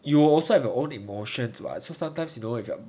you will also have your own emotions [what] so sometimes you know if you are